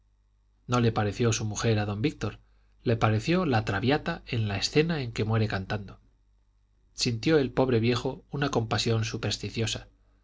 no le pareció su mujer a don víctor le pareció la traviata en la escena en que muere cantando sintió el pobre viejo una compasión supersticiosa